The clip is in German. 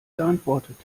geantwortet